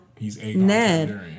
Ned